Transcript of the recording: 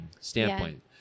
standpoint